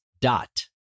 Dot